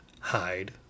hide